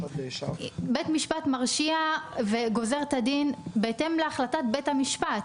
בית משפט מרשיע וגוזר את הדין בהתאם להחלטת בית המשפט.